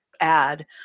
add